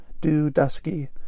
dew-dusky